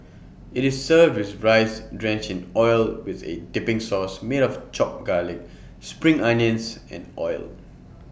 IT is served with rice drenched in oil with A dipping sauce made of chopped garlic spring onions and oil